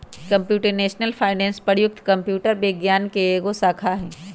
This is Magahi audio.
कंप्यूटेशनल फाइनेंस प्रयुक्त कंप्यूटर विज्ञान के एगो शाखा हइ